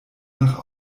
nach